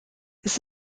ist